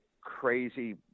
crazy